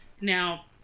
Now